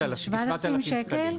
נכון.